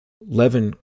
Levin